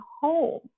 home